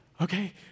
okay